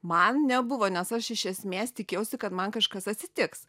man nebuvo nes aš iš esmės tikėjausi kad man kažkas atsitiks